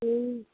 जी